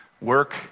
Work